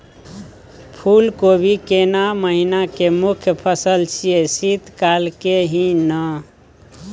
फुल कोबी केना महिना के मुखय फसल छियै शीत काल के ही न?